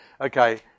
Okay